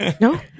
No